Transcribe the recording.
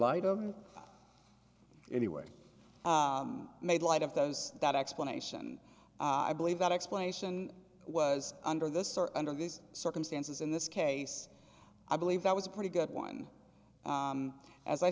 light of anyway made light of those that explanation i believe that explanation was under this or under these circumstances in this case i believe that was a pretty good one as i